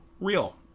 real